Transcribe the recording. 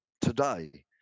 today